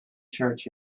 church